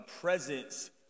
presence